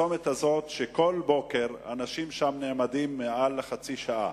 בכל בוקר אנשים נעמדים שם יותר מחצי שעה.